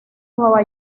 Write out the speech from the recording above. nueva